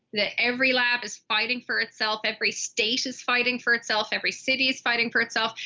that every lab is fighting for itself, every state is fighting for itself, every city is fighting for itself.